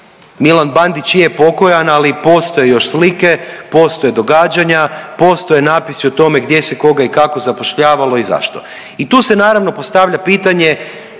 Milan Bandić je pokojan, ali postoje još slike, postoje događanja, postoje natpisi o tome gdje se koga i kako zapošljavalo i zašto. I tu se naravno postavlja pitanje